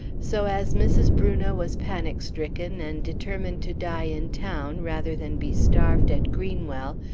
so as mrs. brunot was panic-stricken and determined to die in town rather than be starved at greenwell,